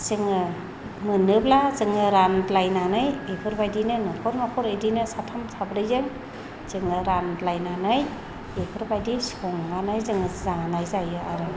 जोङो मोनोब्ला जोङो रानग्लायनानै बेफोरबायदिनो न'खर न'खर बिदिनो साथाम साब्रैजों जोङो रानग्लायनानै बेफोरबायदि संनानै जोङो जानाय जायो आरो